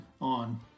on